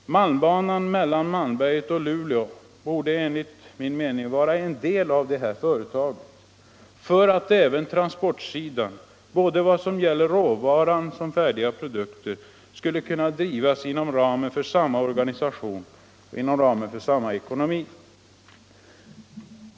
Malmbanan mellan Malmberget och Luleå borde, enligt min mening, vara en del av det här företaget för att även transporterna, både vad det gäller råvara och färdiga produkter, skulle kunna klaras inom ramen för samma organisation och ekonomi.